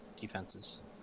defenses